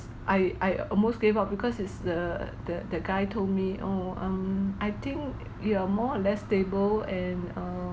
I I almost gave up because it's the the that guy told me oh um I think you are more or less stable and um